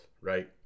right